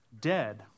dead